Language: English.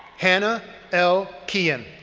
hannah l. kean.